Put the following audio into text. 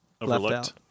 overlooked